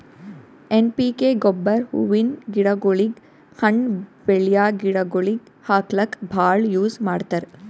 N P K ಗೊಬ್ಬರ್ ಹೂವಿನ್ ಗಿಡಗೋಳಿಗ್, ಹಣ್ಣ್ ಬೆಳ್ಯಾ ಗಿಡಗೋಳಿಗ್ ಹಾಕ್ಲಕ್ಕ್ ಭಾಳ್ ಯೂಸ್ ಮಾಡ್ತರ್